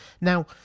Now